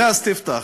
זה הספתח.